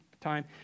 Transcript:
time